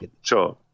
Sure